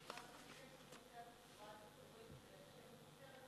נושא התחבורה הציבורית לאנשי מבשרת,